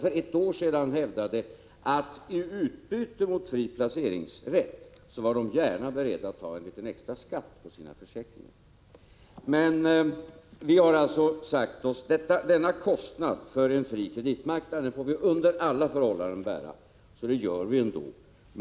För ett år sedan hävdade de att de i utbyte mot fri placeringsrätt gärna skulle ta en liten extra skatt på sina försäkringar. Vi har sagt oss att vi får bära den här kostnaden för en fri kreditmarknad.